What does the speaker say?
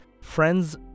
friend's